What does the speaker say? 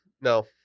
No